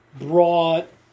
brought